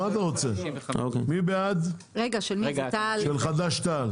הסתייגויות של חד"ש - תע"ל.